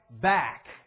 back